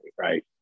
right